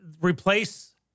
replace